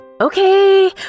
Okay